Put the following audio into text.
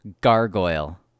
gargoyle